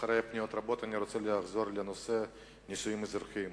אחרי פניות רבות אני רוצה לחזור לנושא הנישואים האזרחיים.